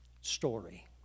story